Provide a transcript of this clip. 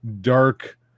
dark